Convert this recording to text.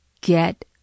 get